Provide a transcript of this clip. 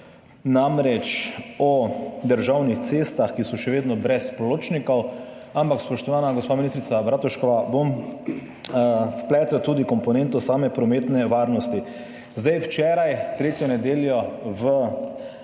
Godec o državnih cestah, ki so še vedno brez pločnikov, ampak, spoštovana gospa ministrica Bratuškova, bom vpletel tudi komponento same prometne varnosti. Včeraj, tretjo nedeljo v